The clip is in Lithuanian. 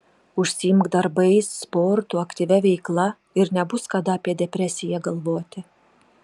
užsiimk darbais sportu aktyvia veikla ir nebus kada apie depresiją galvoti